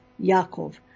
Yaakov